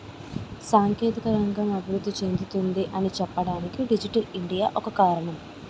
సాంకేతిక రంగం అభివృద్ధి చెందుతుంది అని చెప్పడానికి డిజిటల్ ఇండియా ఒక కారణం